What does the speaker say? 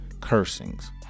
cursings